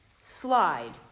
slide